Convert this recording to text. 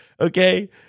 Okay